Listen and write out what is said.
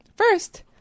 First